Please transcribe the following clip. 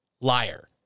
Liar